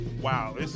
Wow